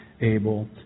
able